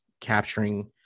capturing